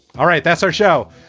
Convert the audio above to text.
all right that's our show,